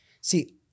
see